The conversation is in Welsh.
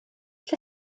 lle